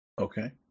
Okay